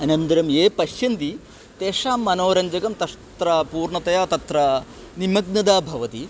अनन्तरं ये पश्यन्ति तेषां मनोरञ्जकं तत्र पूर्णतया तत्र निमग्नता भवति